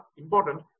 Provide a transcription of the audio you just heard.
important